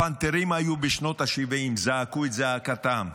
הפנתרים היו בשנות השבעים, זעקו את זעקתם.